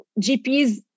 GPs